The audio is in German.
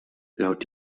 laut